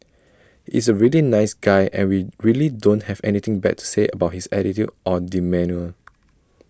is A really nice guy and we really don't have anything bad to say about his attitude or demeanour